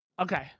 Okay